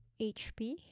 HP